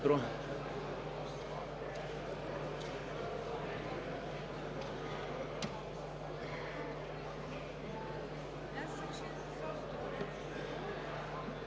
Добре,